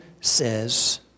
says